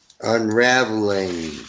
unraveling